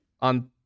on